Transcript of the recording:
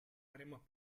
haremos